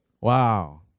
Wow